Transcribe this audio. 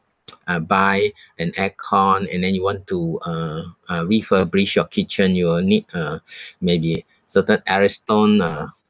uh buy an aircon and then you want to uh uh refurbish your kitchen you will need uh maybe certain ariston uh